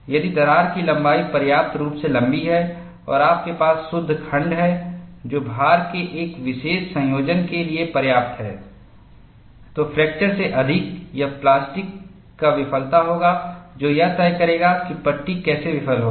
यदि दरार की लंबाई पर्याप्त रूप से लंबी है और आपके पास शुद्ध खंड है जो भार के एक विशेष संयोजन के लिए पर्याप्त है तो फ्रैक्चर से अधिक यह प्लास्टिक का विफलता होगा जो यह तय करेगा कि पट्टी कैसे विफल होगा